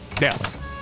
Yes